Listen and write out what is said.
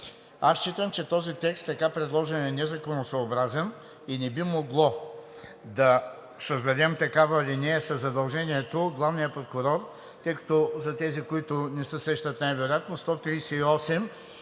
Аз считам, че този текст, така предложен, е незаконосъобразен и не би могло да създадем такава алинея със задължението главният прокурор, тъй като за тези, които не се сещат най-вероятно –